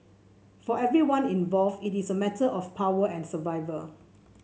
for everyone involved it is a matter of power and survival